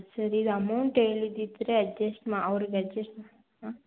ಸರಿ ಇದು ಅಮೌಂಟ್ ಹೇಳಿದಿದ್ದರೆ ಅಜೆಸ್ಟ್ ಮಾ ಅವ್ರಿಗೆ ಅಜೆಸ್ಟ್ ಮಾ ಹಾಂ